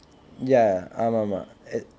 ya ஆமாம் ஆமாம் ஆமாம்:aamaam aamaam aamaam